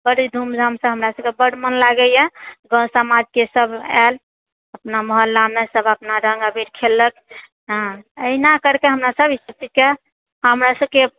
बड़ी धूमधामसँ हमरा सभकेँ बड्ड मोन लागैए गाँव समाजके सब आएल अपना मोहल्लामे सब अपना रङ्ग अबीर खेललक हँ एहिना करिके हमरासभ सब स्थितिकेँ हमरासभकेँ